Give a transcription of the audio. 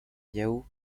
yahoo